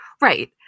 Right